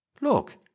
Look